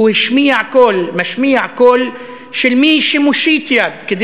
הוא משמיע קול של מי שמושיט יד כדי